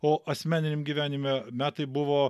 o asmeniniam gyvenime metai buvo